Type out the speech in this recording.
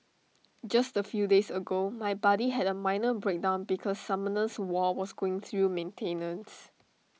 just A few days ago my buddy had A minor breakdown because Summoners war was going through maintenance